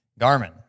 Garmin